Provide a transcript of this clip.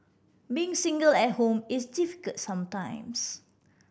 being single at home is difficult sometimes